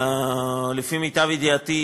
לפי מיטב ידיעתי,